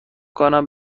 کنم